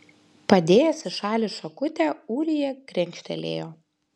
padėjęs į šalį šakutę ūrija krenkštelėjo